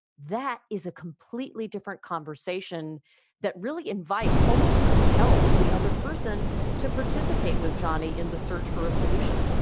that is a completely different conversation that really invites almost compels the other person to participate with johnnie in the search for a solution